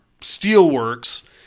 steelworks